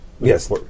Yes